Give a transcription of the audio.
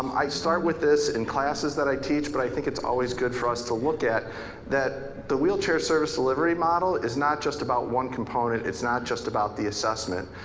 i start with this in classes that i teach but i think it's always good for us to look at that the wheelchair service delivery model is not just about one component, it's not not just about the assessment.